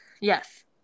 Yes